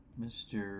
Mr